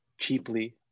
cheaply